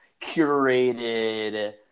curated